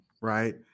right